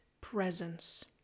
presence